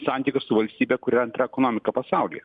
santykius su valstybe kuri antra ekonomika pasaulyje